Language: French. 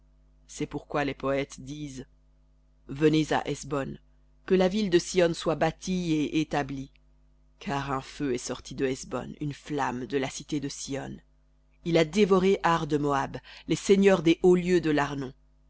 c'est pourquoi les poètes disent venez à hesbon que la ville de sihon soit bâtie et établie car un feu est sorti de hesbon une flamme de la cité de sihon il a dévoré ar de moab les seigneurs des hauts lieux de l'arnon